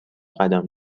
قدم